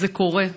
זה קורה?